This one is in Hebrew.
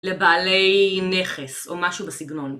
לבעלי נכס או משהו בסגנון.